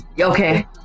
Okay